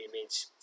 image